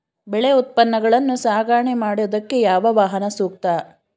ಬೆಳೆ ಉತ್ಪನ್ನಗಳನ್ನು ಸಾಗಣೆ ಮಾಡೋದಕ್ಕೆ ಯಾವ ವಾಹನ ಸೂಕ್ತ?